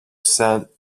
sainte